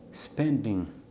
Spending